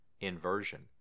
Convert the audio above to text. inversion